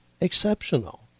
exceptional